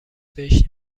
بهش